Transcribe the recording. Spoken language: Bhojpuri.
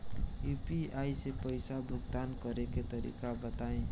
यू.पी.आई से पईसा भुगतान करे के तरीका बताई?